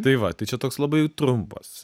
tai va tai čia toks labai trumpas